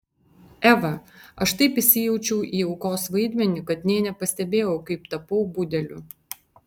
eva aš taip įsijaučiau į aukos vaidmenį kad nė nepastebėjau kaip tapau budeliu